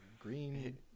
Green